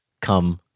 come